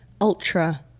ultra